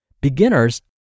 Beginners